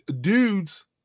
Dudes